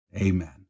Amen